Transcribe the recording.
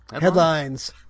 Headlines